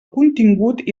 contingut